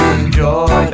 enjoy